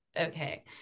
okay